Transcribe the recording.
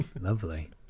lovely